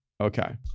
Okay